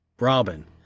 Robin